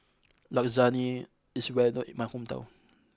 Lasagne is well known in my hometown